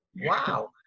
Wow